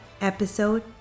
episode